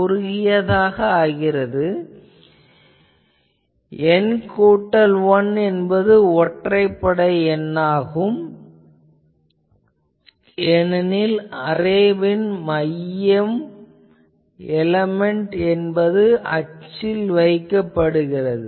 இங்கு N கூட்டல் 1 என்பது ஒற்றைப்படை எண்ணாகும் ஏனெனில் அரேவின் மைய எலமென்ட் என்பது அச்சில் வைக்கப்படுகிறது